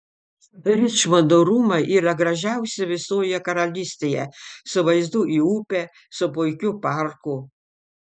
ričmondo rūmai yra gražiausi visoje karalystėje su vaizdu į upę su puikiu parku